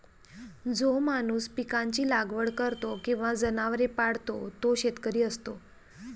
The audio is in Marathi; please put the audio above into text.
जो माणूस पिकांची लागवड करतो किंवा जनावरे पाळतो तो शेतकरी असतो